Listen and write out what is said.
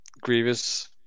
Grievous